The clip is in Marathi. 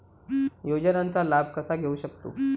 योजनांचा लाभ कसा घेऊ शकतू?